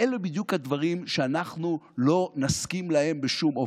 אלו בדיוק הדברים שאנחנו לא נסכים להם בשום אופן.